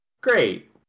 Great